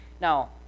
Now